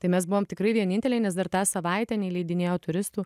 tai mes buvom tikrai vieninteliai nes dar tą savaitę neįleidinėjo turistų